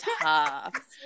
tough